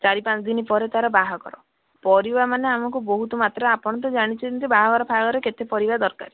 ଚାରି ପାଞ୍ଚ ଦିନ ପରେ ତାର ବାହାଘର ପରିବା ମାନେ ଆମକୁ ବହୁତ ମାତ୍ରା ଆପଣ ତ ଜାଣିଛନ୍ତି ବାହାଘର ଫାହାଘରରେ କେତେ ପରିବା ଦରକାର